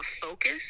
focus